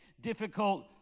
difficult